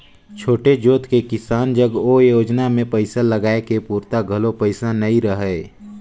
छोटे जोत के किसान जग ओ योजना मे पइसा लगाए के पूरता घलो पइसा नइ रहय